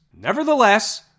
Nevertheless